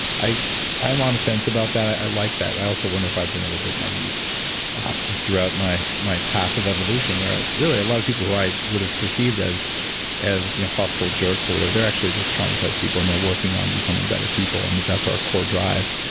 i'm on the fence about that. i like that. i also wonder if i've been a little bit naive throughout my my path of evolution where really a lot of people who i would have perceived as as hostile jerks or whatever, they're actually just traumatized people and they're working on becoming better people and that's our core drive.